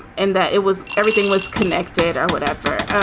and that it was everything was connected or whatever